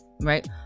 right